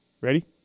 Ready